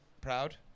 Proud